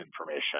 information